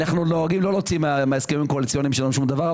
אנחנו נוהגים לא להוציא מההסכמים הקואליציוניים שלנו שום דבר,